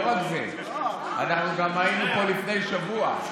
לא רק זה, אנחנו גם היינו פה לפני שבוע.